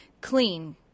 clean